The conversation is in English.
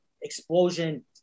explosion